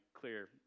clear